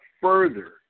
further